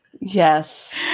Yes